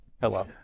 Hello